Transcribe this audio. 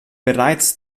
bereits